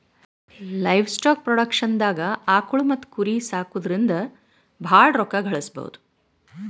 livestock ಪ್ರೊಡಕ್ಷನ್ದಾಗ್ ಆಕುಳ್ ಮತ್ತ್ ಕುರಿ ಸಾಕೊದ್ರಿಂದ ಭಾಳ್ ರೋಕ್ಕಾ ಗಳಿಸ್ಬಹುದು